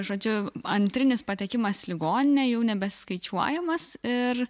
žodžiu antrinis patekimas į ligoninę jau nebeskaičiuojamas ir